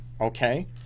okay